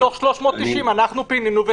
בנתונים האלה,